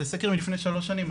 זה סקר מלפני שלוש שנים,